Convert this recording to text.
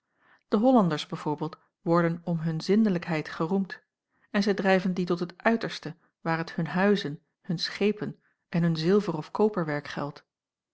de hollanders b v worden om hun zindelijkheid geroemd en zij drijven die tot het uiterste waar het hun huizen hun schepen en hun zilver of koperwerk geldt